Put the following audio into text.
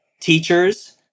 teachers